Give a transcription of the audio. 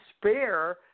spare